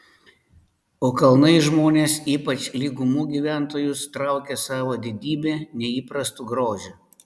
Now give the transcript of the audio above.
o kalnai žmones ypač lygumų gyventojus traukia savo didybe neįprastu grožiu